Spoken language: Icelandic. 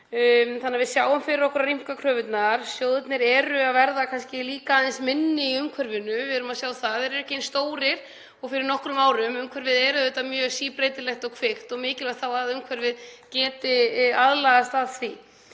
þannig að við sjáum fyrir okkur að rýmka kröfurnar. Sjóðirnir eru að verða kannski líka aðeins minni í umhverfinu, við erum að sjá að þeir eru ekki eins stórir og fyrir nokkrum árum. Umhverfið er auðvitað mjög síbreytilegt og kvikt og mikilvægt að sjóðirnir geti aðlagast þessu,